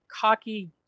cocky